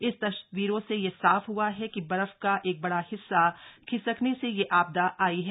इस तस्वीरों से यह साफ हआ है कि बर्फ का एक बड़ा हिस्सा खिसकरने से यह आपदा आयी है